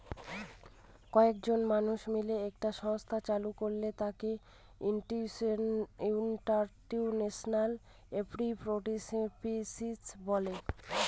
কয়েকজন মানুষ মিলে একটা সংস্থা চালু করলে তাকে ইনস্টিটিউশনাল এন্ট্রিপ্রেনিউরশিপ বলে